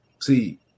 See